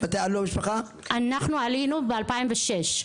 אנחנו עלינו ב-2006,